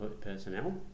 personnel